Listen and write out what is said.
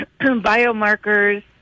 biomarkers